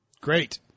Great